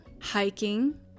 hiking